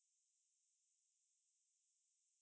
应该我要飞